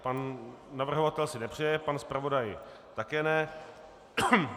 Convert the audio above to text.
Pan navrhovatel si nepřeje, pan zpravodaj také ne.